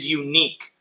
unique